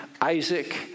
Isaac